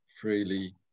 freely